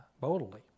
boldly